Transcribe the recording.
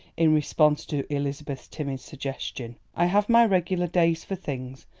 in response to elizabeth's timid suggestion. i have my regular days for things,